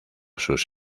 sus